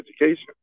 education